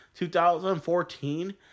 2014